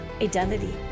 identity